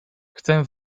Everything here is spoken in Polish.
chcę